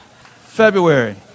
February